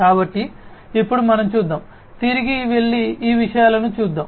కాబట్టి ఇప్పుడు మనం చూద్దాం తిరిగి వెళ్లి ఈ విషయాలను చూద్దాం